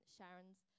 Sharon's